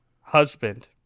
Husband